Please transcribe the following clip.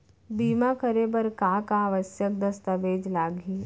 बीमा करे बर का का आवश्यक दस्तावेज लागही